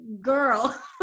girl